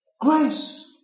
Grace